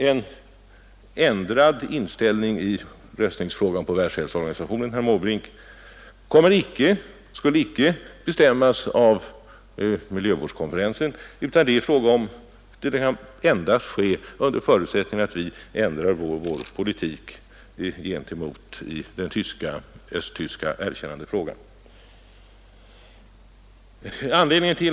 En ändrad inställning till röstningsfrågan när det gäller Världshälsoorganisationen, herr Måbrink, skulle icke bestämmas av miljövårdskonferensen, utan det kan endast ske under förutsättning att vi ändrar vår politik i frågan om erkännandet av Östtyskland.